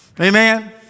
amen